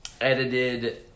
edited